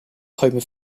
homer